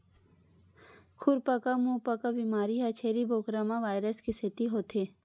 खुरपका मुंहपका बेमारी ह छेरी बोकरा म वायरस के सेती होथे